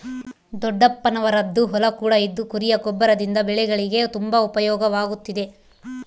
ದೊಡ್ಡಪ್ಪನವರದ್ದು ಹೊಲ ಕೂಡ ಇದ್ದು ಕುರಿಯ ಗೊಬ್ಬರದಿಂದ ಬೆಳೆಗಳಿಗೆ ತುಂಬಾ ಉಪಯೋಗವಾಗುತ್ತಿದೆ